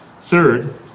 third